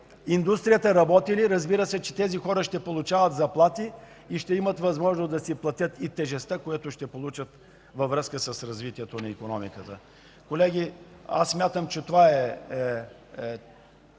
индустрията работи ли, разбира се, че тези хора ще получават заплати и ще имат възможност да си платят и тежестта, която ще се получи във връзка с развитието на икономиката. Колеги, смятам, че това е